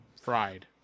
fried